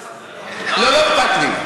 לא, לא אכפת לי.